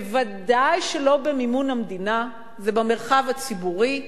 בוודאי שלא במימון המדינה ובמרחב הציבורי.